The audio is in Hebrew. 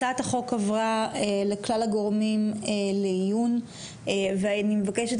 הצעת החוק עברה לכלל הגורמים לעיון ואני מבקשת